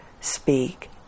speak